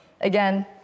again